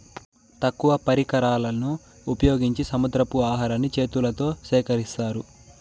తక్కువ పరికరాలను ఉపయోగించి సముద్రపు ఆహారాన్ని చేతులతో సేకరిత్తారు